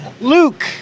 Luke